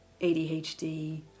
ADHD